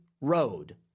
road